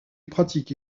pratique